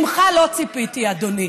ממך לא ציפיתי, אדוני.